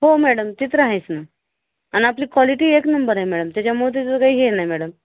हो मॅडम ते तर आहेच की ना आणि आपली क्वालिटी एक नंबर आहे मॅडम त्याच्यामुळेच काही हे नाही मॅडम